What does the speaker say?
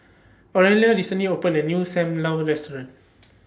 Aurelia recently opened A New SAM Lau Restaurant